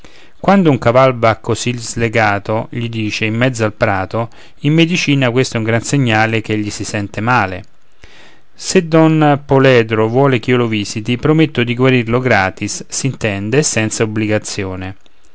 quando un cavallo va così slegato gli dice in mezzo al prato in medicina questo è un gran segnale ch'egli si sente male se don poledro vuole ch'io lo visiti prometto di guarirlo gratis s'intende e senza obbligazione